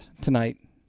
tonight